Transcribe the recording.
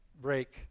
break